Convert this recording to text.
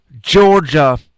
Georgia